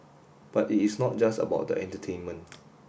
but it is not just about the entertainment